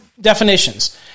definitions